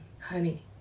honey